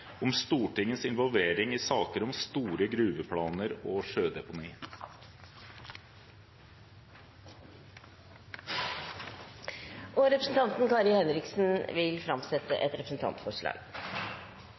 om Stortingets involvering i saker om store gruveplanar og sjødeponi. Representanten Kari Henriksen vil framsette